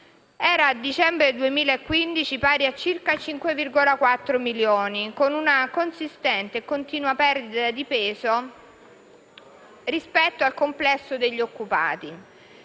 era, a dicembre del 2015, pari a circa 5,4 milioni, con una consistente e continua perdita di peso rispetto al complesso degli occupati: